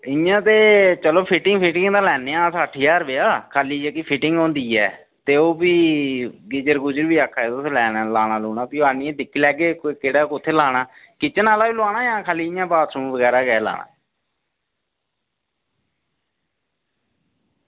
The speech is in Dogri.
इं'या ते चलो फिटिंग दा लैन्ने आं अस अट्ठ ज्हार रपेआ खाल्ली जेह्की फिटिंग होंदी ऐ ते ओह् भी गीज़र बी आक्खा दे तुस लाना ते ओह् भी आइयै दिक्खी लैगे केह्ड़ा कुत्थें लाना किचन आह्ला बी लाना जां बाथरूम बगैरा दा गै लाना